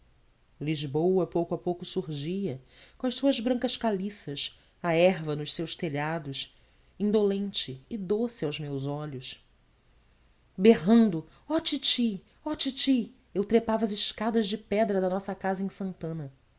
lisboa pouco a pouco surgia com as suas brancas caliças a erva nos seus telhados indolente e doce aos meus olhos berrando oh titi oh titi eu trepava as escadas de pedra da nossa casa em santana